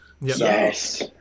Yes